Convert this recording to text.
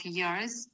years